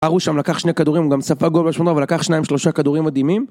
פרו שם לקח שני כדורים, הוא גם ספק גולדו שלנו, אבל לקח שניים שלושה כדורים מדהימים